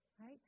Right